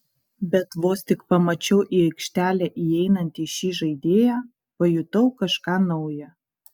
bet vos tik pamačiau į aikštelę įeinantį šį žaidėją pajutau kažką nauja